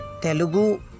Telugu